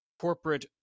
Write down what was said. corporate